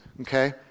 okay